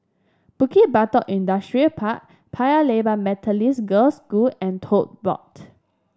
Bukit Batok Industrial Park Paya Lebar Girls' School and Tote Board